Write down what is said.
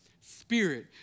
spirit